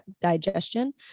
digestion